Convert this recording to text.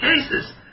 cases